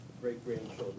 great-grandchildren